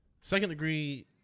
Second-degree